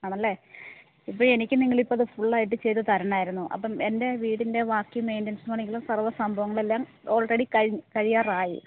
ആണല്ലേ ഇപ്പം എനിക്ക് നിങ്ങൾ ഇപ്പം അത് ഫുള്ളായിട്ട് ചെയ്ത് തരണമായിരുന്നു അപ്പം എന്റെ വീടിന്റെ വാക്കി മെയിന്റെനന്സ് പണികളും സര്വ്വ സംഭവങ്ങൾ എല്ലാം ഓള്റെഡി കഴിഞ്ഞ് കഴിയാറായി